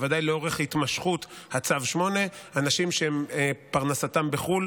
בוודאי לאורך התמשכות צו 8. אנשים שפרנסתם בחו"ל